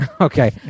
Okay